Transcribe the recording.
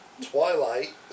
Twilight